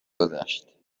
گذشت